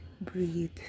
breathe